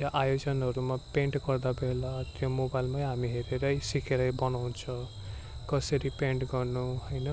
या आयोजनहरूमा पेन्ट गर्दा बेला त्यो मोबाइलमै हामी हेरेरै सिकेरै बनाउँछ कसरी पेन्ट गर्नु होन